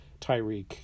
Tyreek